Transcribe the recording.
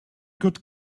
good